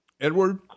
Edward